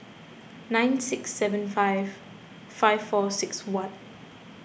nine six seven five five four six one